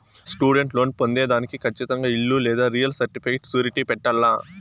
student loan పొందేదానికి కచ్చితంగా ఇల్లు లేదా రియల్ సర్టిఫికేట్ సూరిటీ పెట్టాల్ల